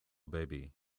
baby